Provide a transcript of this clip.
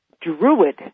druid